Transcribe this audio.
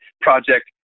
project